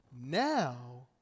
now